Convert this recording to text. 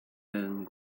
and